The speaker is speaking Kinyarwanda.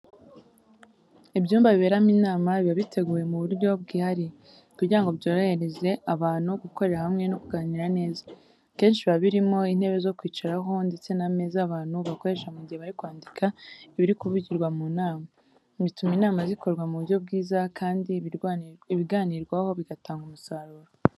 Ibyumba biberamo inama biba biteguye mu buryo bwihariye, kugira ngo byorohereze abantu gukorera hamwe no kuganira neza. Akenshi biba birimo intebe zo kwicaraho ndetse n'ameza abantu bakoresha mu gihe bari kwandika ibiri kuvugirwa mu nama, bituma inama zikorwa mu buryo bwiza, kandi ibiganirwaho bigatanga umusaruro.